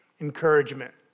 encouragement